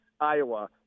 Iowa